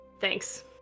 Thanks